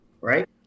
Right